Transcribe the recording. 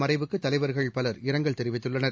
மறைவுக்கு தலைவர்கள் பலர் இரங்கல் தெரிவித்துள்ளனர்